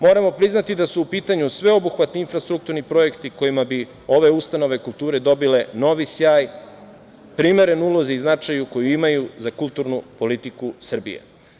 Moramo priznati da su u pitanju sveobuhvatni infrastrukturni objekti kojima bi ove ustanove kulture dobile novi sjaj, primereno ulozi i značaju koji imaju za kulturnu politiku Srbije.